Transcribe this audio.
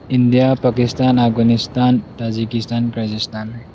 India Pakistan Afghanistan Tajikistan Kazakhstan